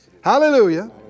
Hallelujah